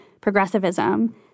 progressivism